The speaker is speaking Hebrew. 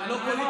זה לא פוליטיקה,